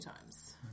times